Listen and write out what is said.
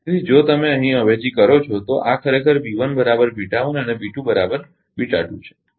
તેથી જો તમે અહીં અવેજી કરો છો તો આ ખરેખર અને છે